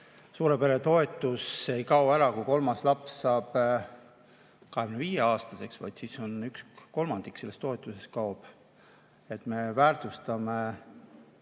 suure pere toetus ei kao ära, kui kolmas laps saab 25-aastaseks, vaid siis kaob üks kolmandik sellest toetusest. Me väärtustame